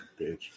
bitch